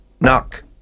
knock